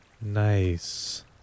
Nice